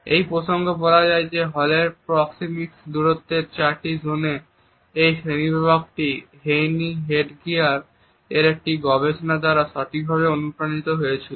এই প্রসঙ্গে বলা যায় যে হলের প্রক্সেমিকস দূরত্বের চারটি জোনে এই শ্রেণীবিভাগটি হেইনি হেডিগার এর একটি গবেষণা দ্বারা গভীরভাবে অনুপ্রাণিত হয়েছিল